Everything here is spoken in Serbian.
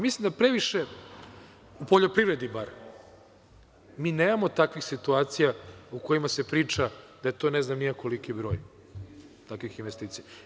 Mislim da previše, u poljoprivredi bar, mi nemamo takvih situacija u kojima se priča da je to ne znam ni ja koliki broj takvih investicija.